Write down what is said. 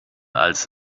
als